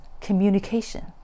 communication